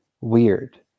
weird